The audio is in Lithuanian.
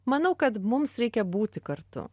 manau kad mums reikia būti kartu